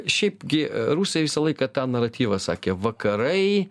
šiaip gi rusija visą laiką tą naratyvą sakė vakarai